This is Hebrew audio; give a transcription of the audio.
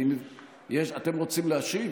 אתם רוצים להשיב?